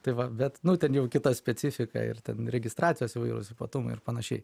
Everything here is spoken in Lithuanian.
tai va bet nu ten jau kita specifika ir ten registracijos įvairūs ypatumai ir panašiai